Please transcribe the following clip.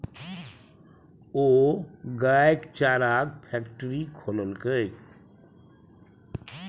ओ गायक चाराक फैकटरी खोललकै